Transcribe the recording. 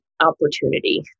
opportunity